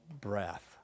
breath